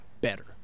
better